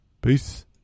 peace